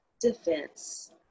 defense